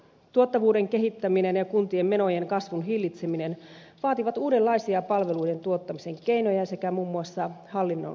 tuottavuuden kehittäminen ja kuntien menojen kasvun hillitseminen vaativat uudenlaisia palvelujen tuottamisen keinoja sekä muun muassa hallinnon keventämistä